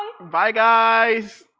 bye, guys.